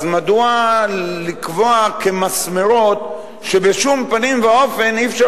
אז מדוע לקבוע כמסמרות שבשום פנים ואופן אי-אפשר